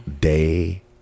day